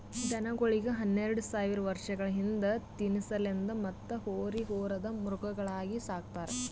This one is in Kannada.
ದನಗೋಳಿಗ್ ಹನ್ನೆರಡ ಸಾವಿರ್ ವರ್ಷಗಳ ಹಿಂದ ತಿನಸಲೆಂದ್ ಮತ್ತ್ ಹೋರಿ ಹೊರದ್ ಮೃಗಗಳಾಗಿ ಸಕ್ತಾರ್